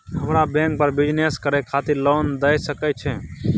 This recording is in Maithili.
हमरा बैंक बर बिजनेस करे खातिर लोन दय सके छै?